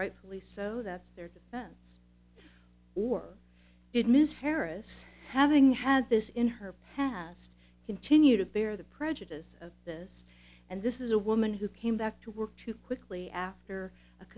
rightly so that's their defense or did ms harris having had this in her past continue to bear the prejudice of this and this is a woman who came back to work too quickly after a